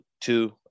two